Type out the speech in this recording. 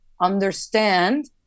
understand